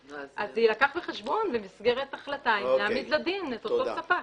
אז זה יילקח בחשבון במסגרת החלטה אם להעמיד לדין את אותו ספק.